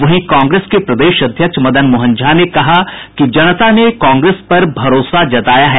वहीं कांग्रेस के प्रदेश अध्यक्ष मदन मोहन झा ने कहा कि जनता ने कांग्रेस पर भरोसा जताया है